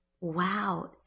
wow